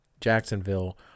Jacksonville